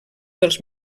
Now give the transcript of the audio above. dels